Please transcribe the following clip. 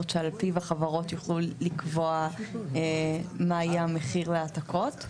שעל פיו החברות יוכלו לקבוע מה יהיה המחיר להעתקות.